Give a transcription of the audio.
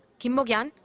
kim mok-yeon,